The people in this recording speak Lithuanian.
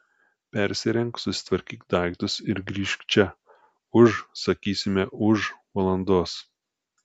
persirenk susitvarkyk daiktus ir grįžk čia už sakysime už valandos